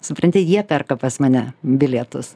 supranti jie perka pas mane bilietus